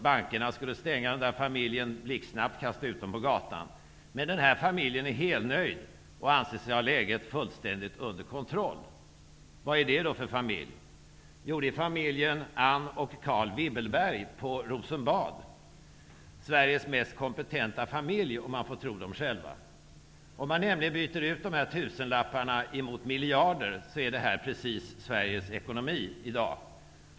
Bankerna skulle avvisa den här familjen blixtsnabbt. De skulle kasta ut familjen på gatan. Men den här familjen är helnöjd och anser sig ha läget fullständigt under kontroll. Vad är det för familj? Jo, det är familjen Anne och Carl Wibbelberg på Rosenbad -- Sveriges mest kompetenta familj, om man får tro den själv. Om man byter ut de här tusenlapparna mot miljarder får vi fram läget när det gäller Sveriges ekonomi.